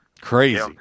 Crazy